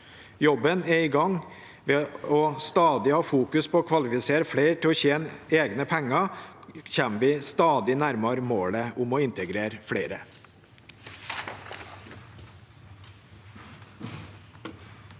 Jobben er i gang. Ved stadig å fokusere på å kvalifisere flere til å tjene egne penger, kommer vi stadig nærmere målet om å integrere flere.